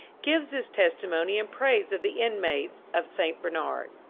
gives this testimony in praise of the inmates of st. bernard.